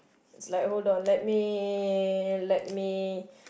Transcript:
is like hold on let me let me